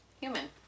human